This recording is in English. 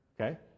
Okay